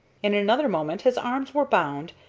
in another moment his arms were bound,